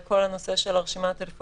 יכול להיות שצריך לבנות את סעיף קטן (ג)